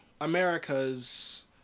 Americas